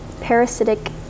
parasitic